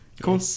Cool